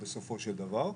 בסופו של דבר.